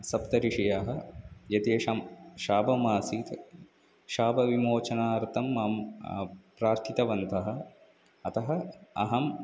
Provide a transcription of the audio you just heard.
सप्तर्षयः एतेषां शापमासीत् शापविमोचनार्थं मम प्रार्थितवन्तः अतः अहम्